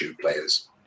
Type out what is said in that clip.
players